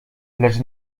lecz